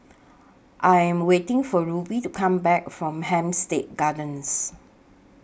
I Am waiting For Ruby to Come Back from Hampstead Gardens